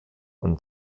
und